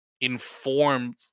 informed